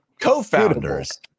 co-founders